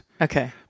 Okay